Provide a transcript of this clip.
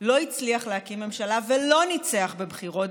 לא הצליח להקים ממשלה ולא ניצח בבחירות,